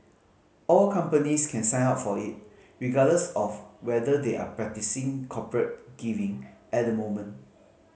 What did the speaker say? all companies can sign up for it regardless of whether they are practising corporate giving at the moment